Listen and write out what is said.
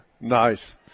Nice